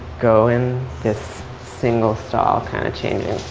go in this single-stall kind of changing